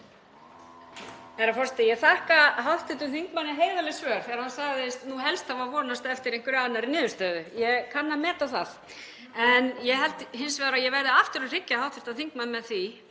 Herra forseti. Ég þakka hv. þingmanni heiðarleg svör þegar hann sagðist nú helst hafa vonast eftir einhverri annarri niðurstöðu. Ég kann að meta það. Ég held hins vegar að ég verði aftur að hryggja hv. þingmann með því